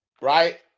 right